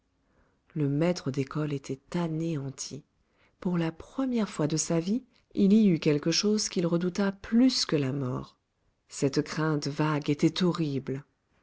le maître d'école était anéanti pour la première fois de sa vie il y eut quelque chose qu'il redouta plus que la mort cette crainte vague était horrible